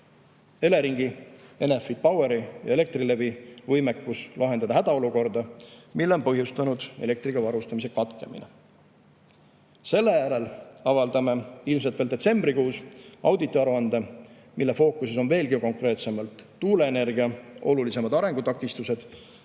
Eleringi, Enefit Poweri ja Elektrilevi – võimekus lahendada hädaolukorda, mille on põhjustanud elektriga varustamise katkemine. Selle järel avaldame ilmselt veel detsembrikuus auditiaruande, mille fookuses on veelgi konkreetsemalt tuuleenergia olulisemad arengutakistused